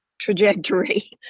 trajectory